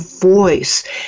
voice